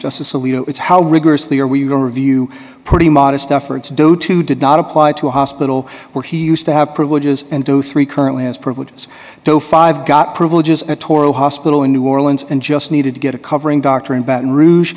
justice alito is how rigorously are we going to review pretty modest efforts due to did not apply to a hospital where he used to have privileges and do three currently has privileges so five got privileges at toro hospital in new orleans and just needed to get a covering doctor in baton rouge